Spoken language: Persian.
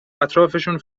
اطرافشون